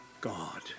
God